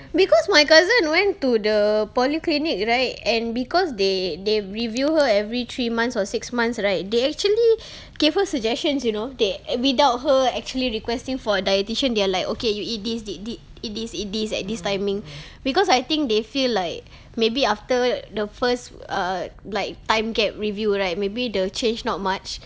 because my cousin went to the polyclinic right and because they they review her every three months or six months right they actually gave her suggestions you know the~ without her actually requesting for a dietitian they are like okay you eat this ea~ th~ eat this at this timing because I think they feel like maybe after the first uh like time gap review right maybe the change not much